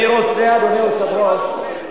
אני רוצה, אדוני היושב-ראש,